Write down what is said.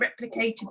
replicated